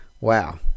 Wow